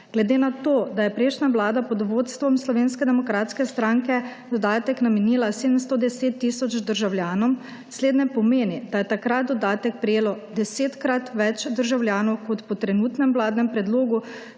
Glede na to, da je prejšnja vlada pod vodstvom Slovenske demokratske stranke dodatek namenila vsem 110 tisoč državljanom, slednje pomeni, da je takrat dodatek prejelo desetkrat več državljanov kot po trenutnem **16. TRAK: